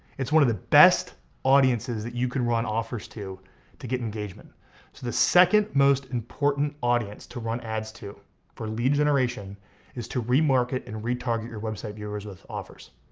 it's one of the best audiences that you can run offers to to get engagement. so the second most important audience to run ads to for lead generation is to remarket and retarget your website viewers with offers.